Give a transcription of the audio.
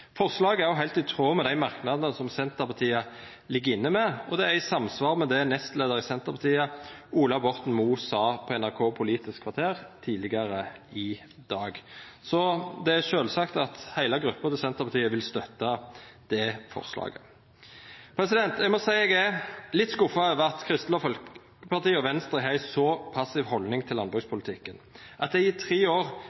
Forslaget er heilt i tråd med dei merknadene som Senterpartiet er med på, og det er òg i samsvar med det nestleiar i Senterpartiet, Ola Borten Moe, sa i Politisk kvarter på NRK tidlegare i dag. Så det er sjølvsagt at heile gruppa til Senterpartiet vil støtta det forslaget. Eg må seie at eg er litt skuffa over at Kristeleg Folkeparti og Venstre har ei så passiv haldning til